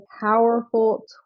powerful